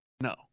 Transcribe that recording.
No